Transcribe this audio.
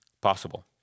possible